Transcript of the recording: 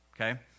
okay